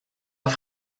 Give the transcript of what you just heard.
auf